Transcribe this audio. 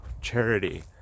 charity